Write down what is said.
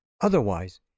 Otherwise